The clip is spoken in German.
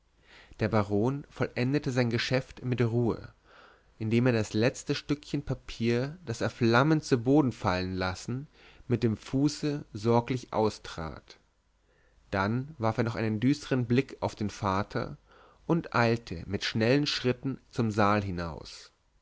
der baron vollendete sein geschäft mit ruhe indem er das letzte stückchen papier das er flammend zu boden fallen lassen mit dem fuße sorglich austrat dann warf er noch einen düstern blick auf den vater und eilte mit schnellen schritten zum saal hinaus